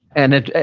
and it,